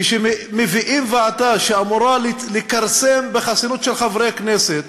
כשמביאים הצעה שאמורה לכרסם בחסינות של חברי כנסת,